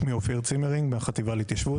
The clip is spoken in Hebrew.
אני מהחטיבה להתיישבות,